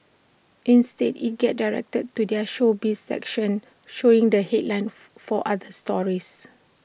instead IT gets directed to their showbiz section showing the headlines for other stories